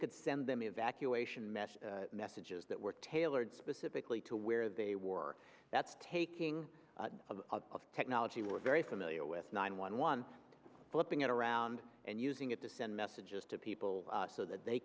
could send them evacuation mesh messages that were tailored specifically to where they war that's taking of technology we're very familiar with nine one one flipping it around and using it to send messages to people so that they